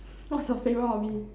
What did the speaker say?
what's your favorite hobby